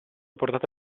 portata